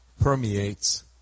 permeates